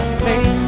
sing